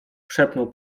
szepnął